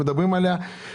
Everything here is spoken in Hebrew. מאיפה אתם מביאים את הכסף?